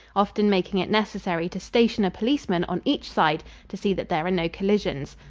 often making it necessary to station a policeman on each side to see that there are no collisions.